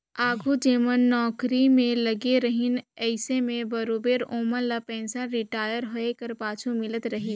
आघु जेमन नउकरी में लगे रहिन अइसे में बरोबेर ओमन ल पेंसन रिटायर होए कर पाछू मिलत रहिस